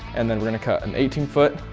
and then we're going to cut an eighteen foot,